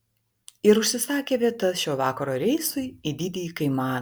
ir užsisakė vietas šio vakaro reisui į didįjį kaimaną